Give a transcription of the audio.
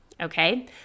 okay